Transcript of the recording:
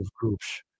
groups